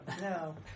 No